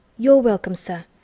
you're welcome, sir!